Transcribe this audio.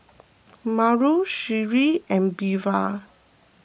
Mauro Sherree and Belva